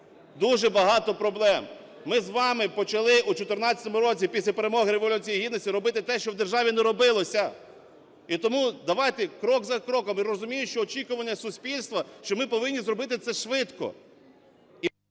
Дуже багато проблем. Ми з вами почали у 14-му році після перемоги Революції Гідності робити те, що в державі не робилося. І тому давайте крок за кроком. І розумію, що очікування суспільства, що ми повинні зробити це швидко.